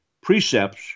precepts